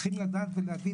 צריכים לדעת ולהבין,